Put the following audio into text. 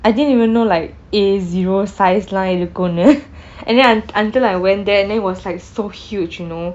I didn't even know like A zero size line இருக்கும்:irukkum and then un~ until I went there and then it was like so huge you know